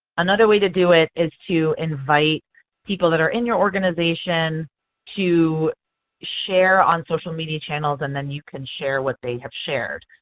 another way to do it is to invite people that are in your organization to share on social media channels and then you can share what they have shared.